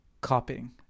copying